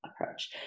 approach